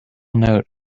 note